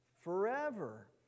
Forever